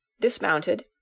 dismounted